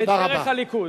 בדרך הליכוד.